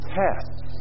tests